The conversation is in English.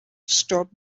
stop